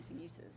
uses